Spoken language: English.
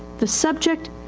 the subject,